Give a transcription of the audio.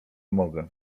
mogę